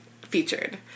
featured